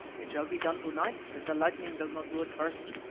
it shall be done to-night, if the lightning does not do it first.